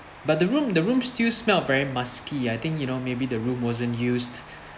but the room the room still smelt very musky I think you know maybe the room wasn't used